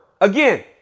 Again